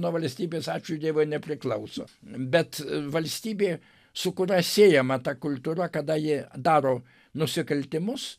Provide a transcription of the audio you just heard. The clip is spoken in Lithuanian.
nuo valstybės ačiū dievui nepriklauso bet valstybė su kuria siejama ta kultūra kada ji daro nusikaltimus